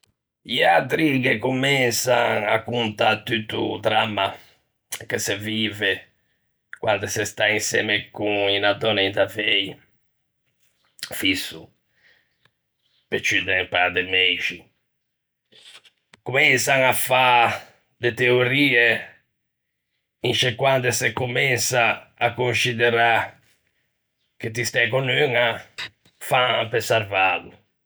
I atri ghe comensan à contâ tutto o dramma che se vive quande se sta insemme con unna dònna in davei, fisso, pe ciù de un pâ de meixi. Comensan à fâ de teorie in sce quande se comensa à consciderâ che ti stæ con uña; fan pe sarvâlo.